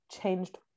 changed